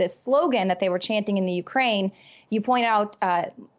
this slogan that they were chanting in the ukraine you point out